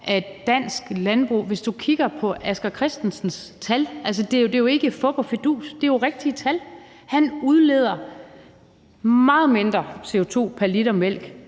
på dansk landbrug og på Asger Christensens tal, at det ikke er fup og fidus. Men det er jo rigtige tal, og han udleder meget mindre CO2 pr. liter mælk,